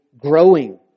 growing